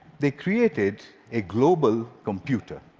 they created a global computer